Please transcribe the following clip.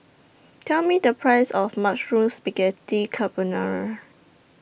Tell Me The Price of Mushroom Spaghetti Carbonara